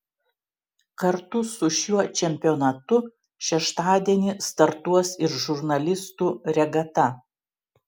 kartu su šiuo čempionatu šeštadienį startuos ir žurnalistų regata